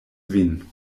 vin